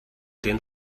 den